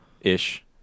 Ish